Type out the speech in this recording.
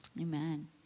Amen